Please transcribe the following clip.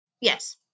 Yes